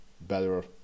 better